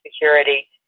Security